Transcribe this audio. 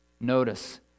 Notice